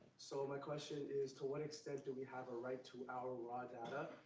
so my question is, to what extent do we have a right to our raw data?